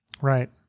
Right